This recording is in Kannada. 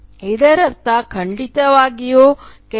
ಇದರರ್ಥ ಖಂಡಿತವಾಗಿಯೂ ಕೆಲವು ರೀತಿಯ ಅನುವಾದ ನಡೆಯುತ್ತಿದೆ